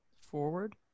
Forward